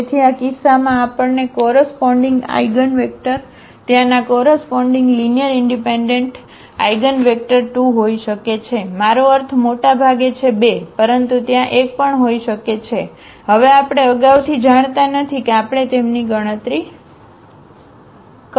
તેથી આ કિસ્સામાં આપણને કોરસપોન્ડીગ આઇગનવેક્ટર ત્યાંના કોરસપોન્ડીગ લીનીઅરઇનડિપેન્ડન્ટ આઇગનવેક્ટર 2 હોઈ શકે છે મારો અર્થ મોટાભાગે છે 2 પરંતુ ત્યાં 1 પણ હોઈ શકે છે હવે આપણે અગાઉથી જાણતા નથી કે આપણે તેમની ગણતરી કરીશું